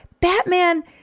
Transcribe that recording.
Batman